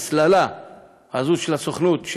ההסללה הזאת של הסוכנות,